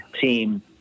team